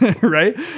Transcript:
right